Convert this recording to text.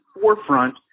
forefront